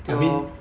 对 lor